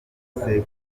sekuru